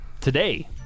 Today